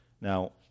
Now